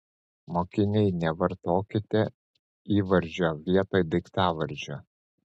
mokiniai nevartokite įvardžio vietoj daiktavardžio